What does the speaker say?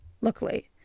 luckily